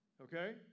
Okay